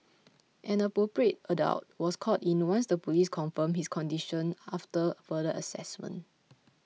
an Appropriate Adult was called in once the police confirmed his condition after further assessment